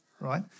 right